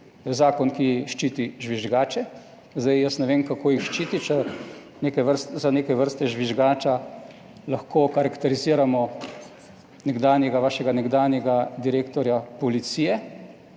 zakon, ki ščiti žvižgače. Zdaj jaz ne vem, kako jih ščiti. Če neke vrste, za neke vrste žvižgača lahko okarakteriziramo nekdanjega, vašega nekdanjega direktorja policije,